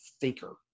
thinker